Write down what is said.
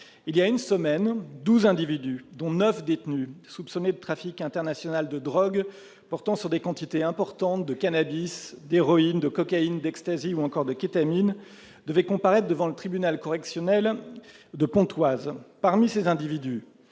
voilà une semaine, douze individus, dont neuf détenus, soupçonnés de trafic international de drogue portant sur des quantités importantes de cannabis, d'héroïne, de cocaïne, d'ecstasy ou encore de Kétamine, devaient comparaître devant le tribunal correctionnel de Pontoise. Parmi ces individus,